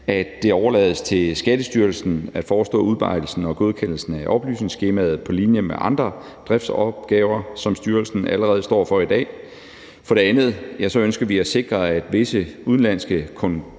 at det overlades til Skattestyrelsen at forestå udarbejdelsen og godkendelsen af oplysningsskemaet på linje med andre driftsopgaver, som styrelsen allerede står for i dag. For det andet ønsker vi at sikre, at visse udenlandske